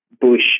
Bush